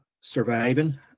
surviving